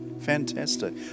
Fantastic